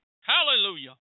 Hallelujah